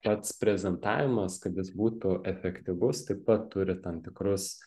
pats prezentavimas kad jis būtų efektyvus taip pat turi tam tikrus